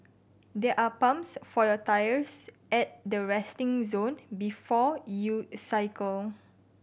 there are pumps for your tyres at the resting zone before you cycle